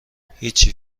هیچی